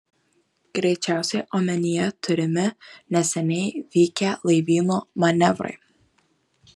greičiausiai omenyje turimi neseniai vykę laivyno manevrai